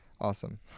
awesome